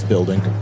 Building